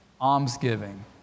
almsgiving